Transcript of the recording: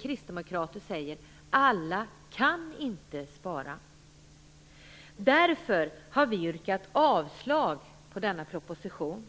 kristdemokrater säger: Alla kan inte spara! Därför har vi yrkat avslag på denna proposition!